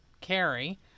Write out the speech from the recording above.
carry